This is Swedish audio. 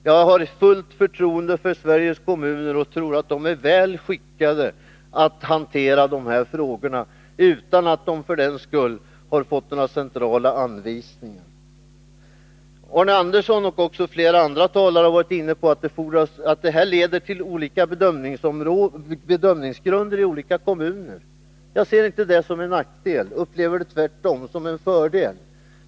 Jag har fullt förtroende för Sveriges kommuner, och jag tror att de är väl skickade att hantera dessa frågor utan att de för den skull behöver få några centrala anvisningar. Arne Andersson och också flera andra talare har varit inne på att detta leder fram till olika bedömningsgrunder i olika kommuner. Jag ser inte det som en nackdel. Jag upplever det tvärtom som en fördel.